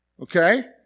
okay